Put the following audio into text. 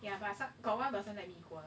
ya but some got one person then 你就过 lah